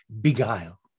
beguile